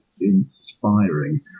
inspiring